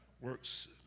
works